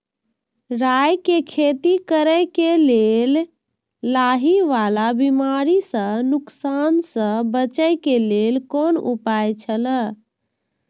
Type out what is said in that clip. राय के खेती करे के लेल लाहि वाला बिमारी स नुकसान स बचे के लेल कोन उपाय छला?